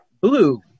Blue